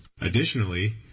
Additionally